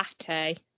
latte